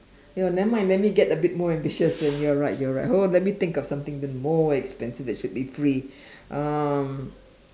you will nevermind let me get a bit more ambitious and you're right you're right hold on let me think of something even more expensive that should be free um